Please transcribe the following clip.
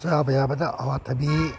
ꯆꯥꯕ ꯌꯥꯕꯗ ꯑꯋꯥꯊꯕꯤ